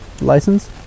license